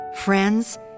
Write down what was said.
Friends